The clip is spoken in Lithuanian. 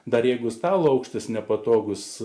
dar jeigu stalo aukštis nepatogūs